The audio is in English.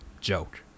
joke